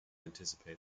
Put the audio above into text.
anticipated